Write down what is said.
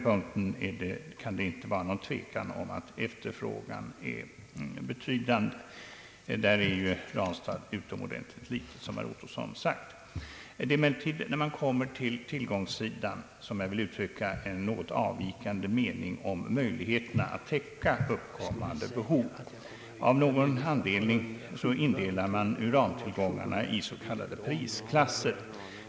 Det kan inte råda någon tvekan om att efterfrågan är betydande, och i detta fall är ju Ranstadsverkets möjligheter mycket små — vilket herr Ottosson redan framhållit. Jag vill emellertid när det gäller tillgångssidan uttrycka en något avvikan de mening beträffande möjligheterna att täcka uppkommande behov. Av någon anledning indelar man tillgångarna i s.k. prisklasser.